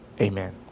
Amen